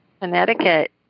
Connecticut